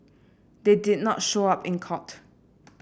they did not show up in court